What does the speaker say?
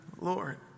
Lord